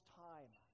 time